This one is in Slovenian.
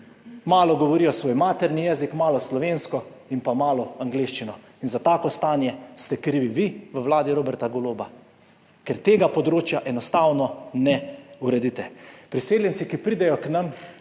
Malo govorijo svoj materni jezik, malo slovensko in malo angleščino. Za tako stanje ste krivi vi v vladi Roberta Goloba, ker tega področja enostavno ne uredite. Za priseljence, ki pridejo k nam,